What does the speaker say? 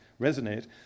resonate